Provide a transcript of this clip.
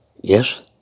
Yes